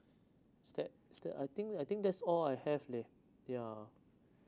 is that is that I think I think that's all I have leh yeah